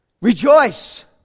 Rejoice